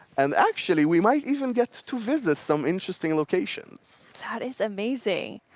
and actually, we might even get to visit some interesting locations. that is amazing.